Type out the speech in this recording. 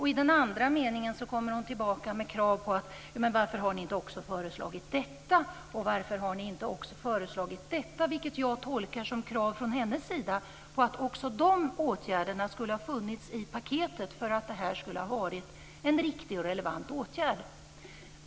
I den andra meningen kommer hon tillbaka med krav som: Varför har ni inte också föreslagit detta, och varför har ni inte också föreslagit detta? Det tolkar jag som krav från hennes sida på att också de åtgärderna skulle ha funnits i paketet för att det här skulle ha varit en riktig och relevant åtgärd.